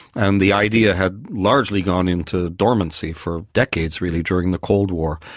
and the idea had largely gone into dormancy for decades really during the cold war.